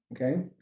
okay